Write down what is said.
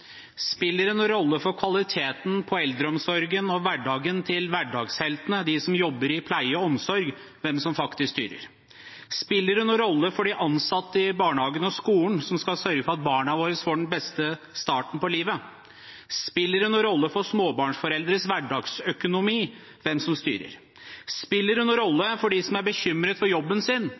Spiller det noen rolle for kvaliteten i eldreomsorgen og hverdagen til hverdagsheltene, de som jobber i pleie og omsorg, hvem som faktisk styrer? Spiller det noen rolle for de ansatte i barnehagen og skolen, de som skal sørge for at barna våre får den beste starten på livet? Spiller det noen rolle for småbarnsforeldres hverdagsøkonomi hvem som styrer? Spiller det noen rolle for dem som er bekymret for jobben sin,